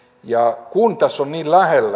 kun tässä on niin lähellä